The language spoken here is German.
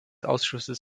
ausschusses